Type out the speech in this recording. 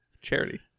Charity